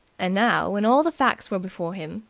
and now, when all the facts were before him,